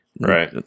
Right